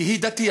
כי היא דתייה.